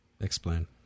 Explain